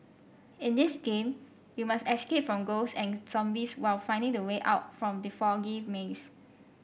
in this game you must escape from ghosts and zombies while finding the way out from the foggy maze